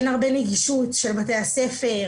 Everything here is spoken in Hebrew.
אין הרבה נגישות של בתי הספר,